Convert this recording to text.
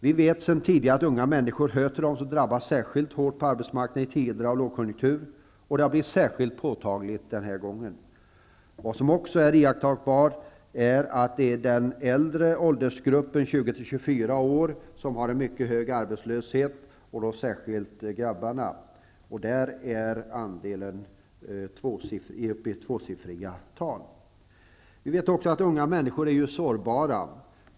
Vi vet sedan tidigare att unga människor hör till dem som drabbas särskilt hårt på arbetsmarknaden i tider av lågkonjunktur, och det har blivit särskilt påtagligt den här gången. Iakttagbart är också att arbetslösheten är mycket hög i den äldre åldersgruppen, 20-24 år, och då särskilt bland grabbarna. Där är andelen uppe i tvåsiffriga tal. Vi vet också att unga människor är sårbara.